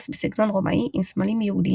ו"ברכו",